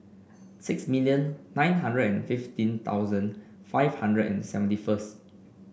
six million nine hundred and fifteen thousand five hundred and seventy first